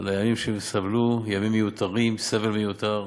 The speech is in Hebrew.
לאחר הימים שהם סבלו, ימים מיותרים, סבל מיותר,